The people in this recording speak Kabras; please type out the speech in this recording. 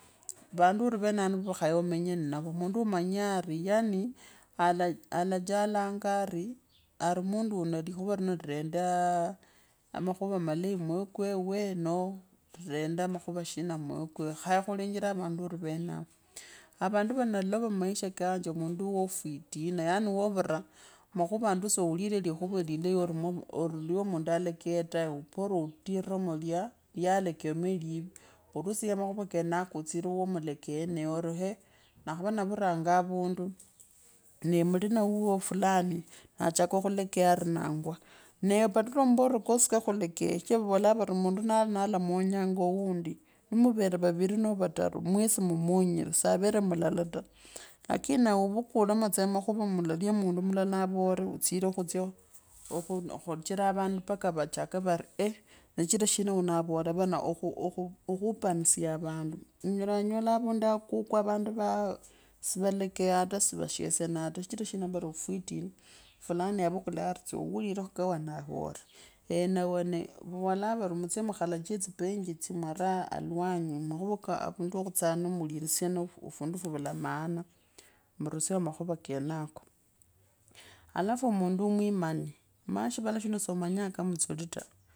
Vandu ori nenavo omenye navo. mundu omenya ore yaani olajalange ari mundu wauno. likhuva lina amakhuva malei muurwe kweuwe nao. lilenda amakhuva shina murwe kweuwe ku, khaye khulenjore makhuva. ori kena ko, avandu vandalova mmaisha kenje, noo mundu woofwitina yaani woovira makhuva andi so uulie likhuva likhuva ori mwamundu olekeye tawe bora uhiremo tsa lyalekeyemo limi usiye makhuva kenako utsire wa mulekee naye ori hee! Nakhava navivaanga avundu nee naulina wuuo fulani achake khuleya ari nangwa nee badala ya kuvaola kosi ka khulekee sichira vavolaa vari mundu nari nalamenyonga wuundi ni muvere wavire nomba vataru kenye voswi momanywe savere mualala ta jakini nawe wvukidemo tsa makhuva lilya mundu mulala avare utsirekhutsyaa ta sivashesvienaa ta, sichira shina fwitina. Fulani yavukula ari tsakhuririka kawaauno avoore eeneone vavola vari mutsye nukhulache tsipingi tsa mwaana alawanyi makhuva ka khutsaa ni murisiana ofundu vula maana murusyeo makhuva kenako. alafu omundu mwimani, omanye shivala shino soo manyaa kamutsili ta